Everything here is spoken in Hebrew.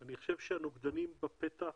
אני חושב שהנוגדנים בפתח,